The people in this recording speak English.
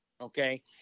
Okay